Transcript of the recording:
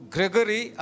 Gregory